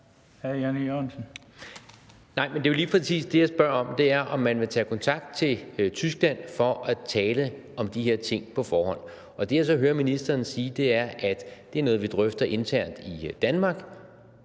Nej, men det er jo lige præcis det, jeg spørger om. Det er, om man vil tage kontakt til Tyskland for at tale om de her ting på forhånd, og det, jeg så hører ministeren sige, er, at det er noget, vi drøfter internt i Danmark